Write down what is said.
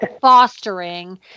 fostering